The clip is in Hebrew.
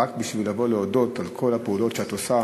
רק בשביל לבוא ולהודות על כל הפעולות שאת עושה